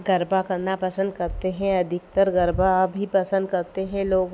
गरबा करना पसंद करते हैं अधिकतर गरबा भी पसंद करते हैं लोगोन